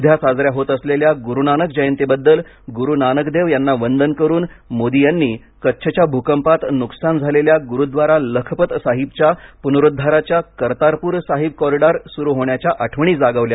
उद्या साजऱ्या होत असलेल्या गुरूनानक जयंती बद्दल गुरु नानकदेव यांना वंदन करून मोदी यांनी कच्छच्या भूकपात नुकसान झालेल्या गुरूद्वारा लखपत साहिबच्या पुनरुद्वाराच्या कर्तारपूर साहिब कॉरिडॉर सुरू होण्याच्या आठवणी जागवल्या